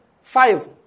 five